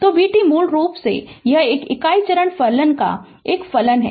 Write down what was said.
तो v t मूल रूप से यह इकाई चरण फलन का एक फलन है